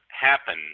happen